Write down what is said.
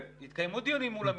התקיימו דיונים מול המשרדים,